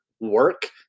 work